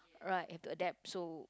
right have to adapt so